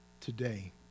today